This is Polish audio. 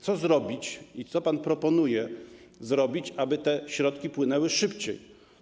Co zrobić, co pan proponuje zrobić, aby te środki płynęły szybciej?